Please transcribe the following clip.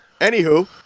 Anywho